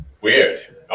weird